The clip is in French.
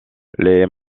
les